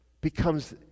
becomes